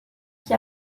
qui